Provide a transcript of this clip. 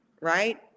right